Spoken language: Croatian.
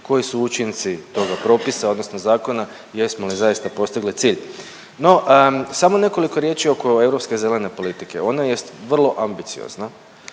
koji su učinci toga propisa, odnosno zakona, jesmo li zaista postigli cilj. No, samo nekoliko riječi oko europske zelene politike. Ona jest vrlo ambiciozna